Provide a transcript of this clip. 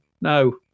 no